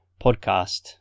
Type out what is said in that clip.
podcast